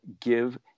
give